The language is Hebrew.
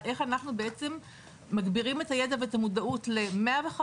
איך אנחנו מגבירים את הידע ואת המודעות ל-105,